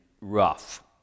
rough